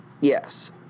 Yes